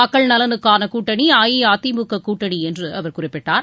மக்கள் நலனுக்கான கூட்டணி அஇஅதிமுக கூட்டணி என்று அவர் குறிப்பிட்டார்